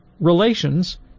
relations